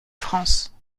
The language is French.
france